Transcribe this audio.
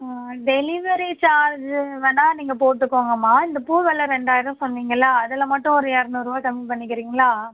delivery charge வேணா நீங்கள் போட்டுக்கோங்கமா இந்த பூ வில ரெண்டாயிரம் சொன்னிங்களே அதில் மட்டும் ஒரு இரநூறுவா கம்மி பண்ணிக்கிறீங்களா